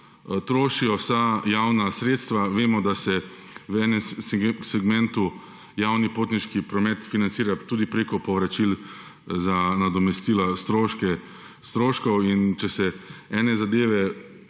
trošijo vsa javna sredstva. Vemo, da se v enem segmentu javni potniški promet financira tudi preko povračil za nadomestila stroškov in če se ene zadeve